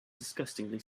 disgustingly